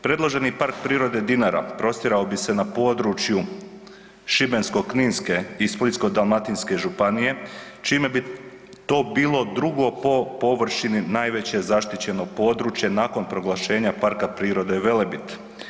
Predloženi Park prirode Dinara prostirao bi se na području Šibensko-kninske i Splitsko-dalmatinske županije čime bi to bilo drugo po površini najveće zaštićeno područje nakon proglašenja Parka prirode Velebit.